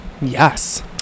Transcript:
yes